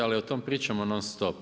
Ali o tome pričamo non stop.